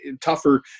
tougher